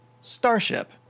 Starship